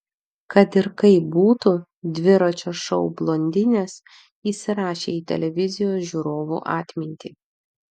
kad ir kaip būtų dviračio šou blondinės įsirašė į televizijos žiūrovų atmintį